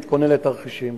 להתכונן לתרחישים.